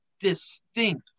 distinct